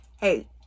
hey